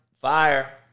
Fire